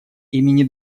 имени